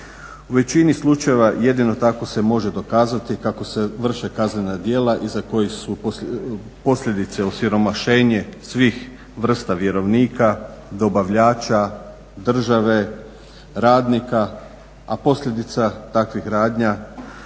U većini slučajeva jedino tako se može dokazati kako se vrše kaznena djela iza kojih su posljedice osiromašenje svih vrsta vjerovnika, dobavljača, države, radnika a posljedica takvih radnji